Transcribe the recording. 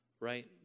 right